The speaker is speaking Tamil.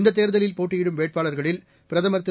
இந்த தேர்தலில் போட்டியிடும் வேட்பாளர்களில் பிரதமர் திரு